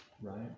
right